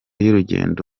y’urugendo